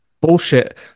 bullshit